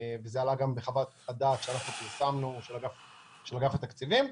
זה עלה גם בחוות הדעת שפרסמנו באגף התקציבים.